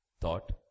thought